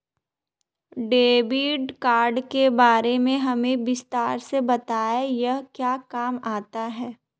Debit card के बारे में हमें विस्तार से बताएं यह क्या काम आता है?